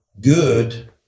good